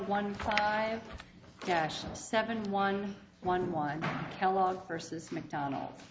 one five cash and seven one one one kellogg's versus mcdonald